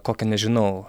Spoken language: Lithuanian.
kokią nežinau